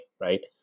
right